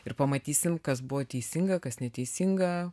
ir pamatysim kas buvo teisinga kas neteisinga